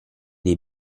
dei